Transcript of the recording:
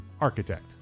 architect